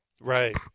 Right